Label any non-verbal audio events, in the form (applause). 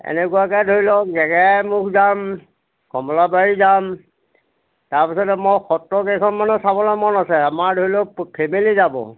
এনেকুৱাকে ধৰি লওক (unintelligible) যাম কমলাবাৰী যাম তাৰপিছতে মই সত্ৰ কেইখনমানো চাবলে মন আছে আমাৰ ধৰি লওক ফেমিলি যাব